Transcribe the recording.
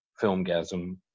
filmgasm